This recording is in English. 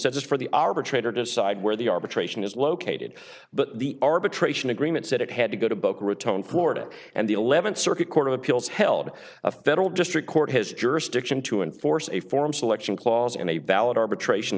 said just for the arbitrator decide where the arbitration is located but the arbitration agreement said it had to go to boca raton florida and the eleventh circuit court of appeals held a federal district court has jurisdiction to enforce a form selection clause and a valid arbitration